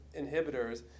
inhibitors